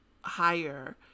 higher